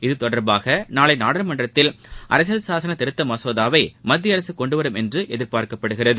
இத்தொடர்பாக நாளை நாடாளுமன்றத்தில் அரசியல் சாசன திருத்த மசோதாவை மத்திய அரசு கொண்டுவரும் என்று எதிர்பார்க்கப்படுகிறது